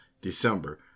December